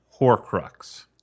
horcrux